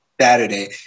saturday